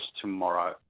tomorrow